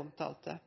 omtalte.